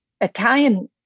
Italian